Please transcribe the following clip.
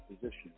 position